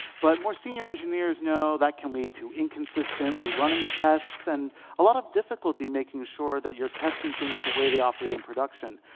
but more senior engineers know that can lead to inconsistently running the tests and a lot of difficulty making sure that you're testing things the way they operate in production.